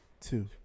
two